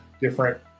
different